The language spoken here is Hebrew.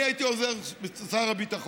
אני הייתי עוזר שר הביטחון.